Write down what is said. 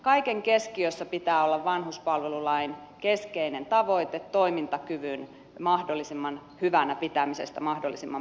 kaiken keskiössä pitää olla vanhuspalvelulain keskeinen tavoite toimintakyvyn mahdollisimman hyvänä pitämisestä mahdollisimman pitkään